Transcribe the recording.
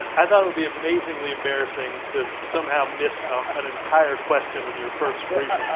i thought it would be amazingly embarrassing to somehow miss ah an entire question in your first briefing.